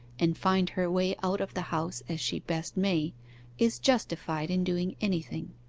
and find her way out of the house as she best may is justified in doing anything.